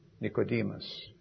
Nicodemus